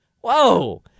Whoa